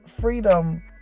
freedom